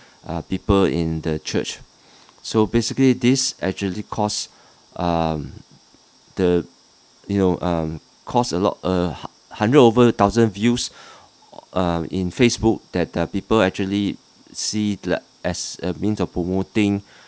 uh people in the church so basically this actually cost um the you know um cost a lot uh hundred over thousand views uh in facebook that the people actually see as a mean of promoting